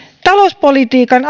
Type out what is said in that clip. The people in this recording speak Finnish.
talouspolitiikan